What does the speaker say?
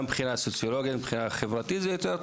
גם מבחינת חברתית זה טוב יותר.